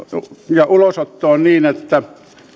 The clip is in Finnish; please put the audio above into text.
ja ulosottoon niin että